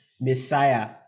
Messiah